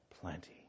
plenty